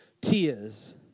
tears